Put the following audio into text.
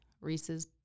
reese's